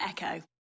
Echo